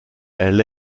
elle